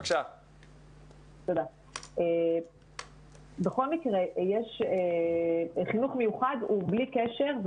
בכל מקרה חינוך מיוחד הוא בלי קשר,